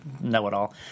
know-it-all